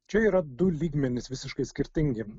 čia yra du lygmenys visiškai skirtingi